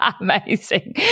amazing